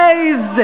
איזה,